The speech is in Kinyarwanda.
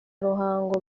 ruhango